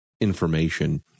information